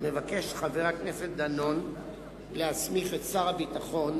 חבר הכנסת דנון מבקש להסמיך את שר הביטחון,